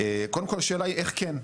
קודם כל השאלה היא איך כן?